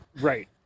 right